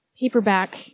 paperback